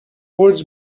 words